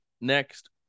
next